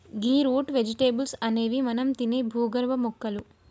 గీ root vegetables అనేవి మనం తినే భూగర్భ మొక్కలు